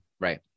Right